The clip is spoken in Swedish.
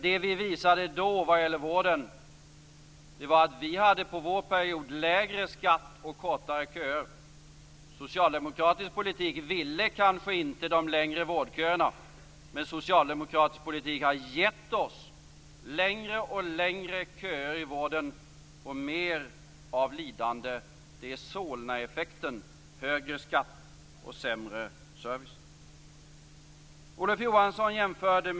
Det vi då visade när det gäller vården var att vi under vår period hade lägre skatt och kortare köer. Socialdemokratisk politik ville kanske inte de längre vårdköerna, men socialdemokratisk politik har gett oss längre och längre köer i vården och mer av lidande. Det är Solnaeffekten: högre skatt och sämre service.